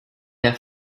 der